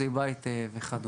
אשפוזי בית וכדומה.